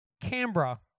Canberra